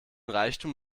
reichtum